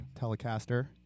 Telecaster